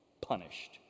punished